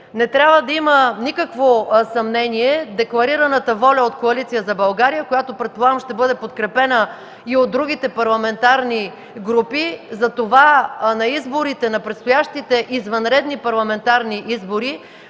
Не трябва да има никакво съмнение в декларираната воля от Коалиция за България, която, предполагам, ще бъде подкрепена и от другите парламентарни групи, на предстоящите извънредни парламентарни избори